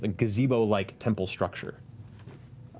and gazebo-like temple structure